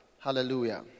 Hallelujah